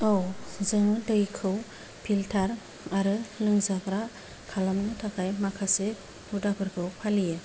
औ जों दैखौ फिलटार आरो लोंजाग्रा खालामनो थाखाय माखासे हुदाफोरखौ फालियो